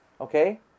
Okay